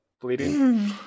bleeding